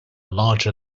larger